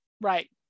Right